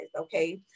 okay